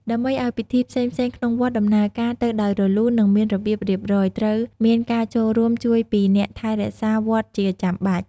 ដើម្បីឲ្យពិធីផ្សេងៗក្នុងវត្ត ដំណើរការទៅដោយរលូន និងមានរបៀបរៀបរយ ត្រូវមានការចូលរួមជួយពីអ្នកថែរក្សាវត្តជាចាំបាច់។